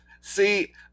See